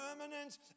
permanent